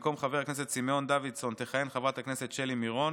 במקום חבר הכנסת סימון דוידסון תכהן חברת הכנסת שלי מירון.